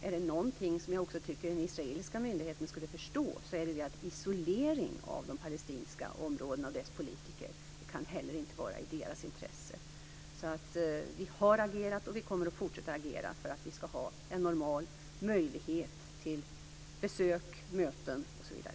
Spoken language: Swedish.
Är det någonting som jag tycker att de israeliska myndigheterna ska förstå är det att isolering av de palestinska områdena och deras politiker inte heller kan vara i deras intresse. Vi har agerat, och vi kommer att fortsätta att agera, för en normal möjlighet till besök, möten osv.